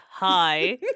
hi